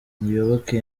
muyoboke